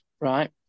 right